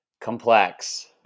Complex